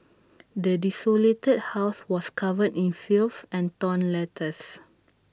the desolated house was covered in filth and torn letters